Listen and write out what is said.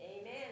Amen